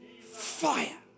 Fire